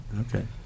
okay